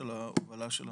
על ההובלה של הנושא,